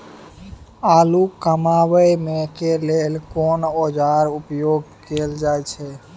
आलू कमाबै के लेल कोन औाजार उपयोग कैल जाय छै?